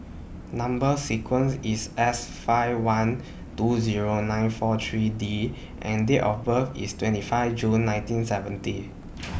Number sequence IS S five one two Zero nine four three D and Date of birth IS twenty five June nineteen seventy